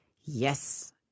Yes